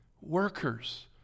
Workers